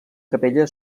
capella